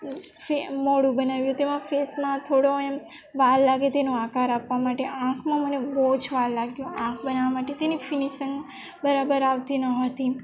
મોઢું બનાવ્યું તેમાં ફેસમાં થોડો એમ વાર લાગે તેનો આકાર આપવા માટે આંખમાં મને બહુ જ વાર લાગ્યો આંખ બનાવવા માટે તેને ફિનિસંગ બરાબર આવતી ન હતી